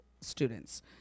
students